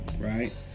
right